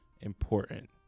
important